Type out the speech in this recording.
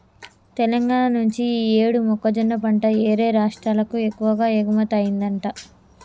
తెలంగాణా నుంచి యీ యేడు మొక్కజొన్న పంట యేరే రాష్టాలకు ఎక్కువగా ఎగుమతయ్యిందంట